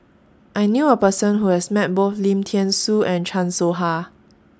I knew A Person Who has Met Both Lim Thean Soo and Chan Soh Ha